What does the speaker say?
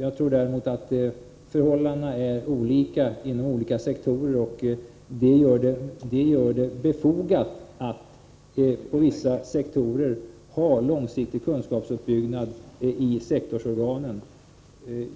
Jag däremot menar att förhållandena är olika inom olika sektorer. Det gör det befogat att på vissa sektorer ha en långsiktig kunskapsuppbyggnad inom sektorsorganen.